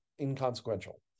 inconsequential